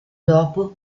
dopo